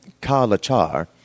Ka-Lachar